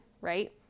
right